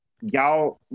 y'all